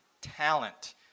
talent